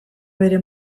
bere